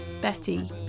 Betty